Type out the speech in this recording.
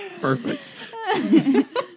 Perfect